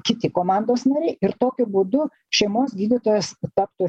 kiti komandos nariai ir tokiu būdu šeimos gydytojas taptų